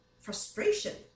frustration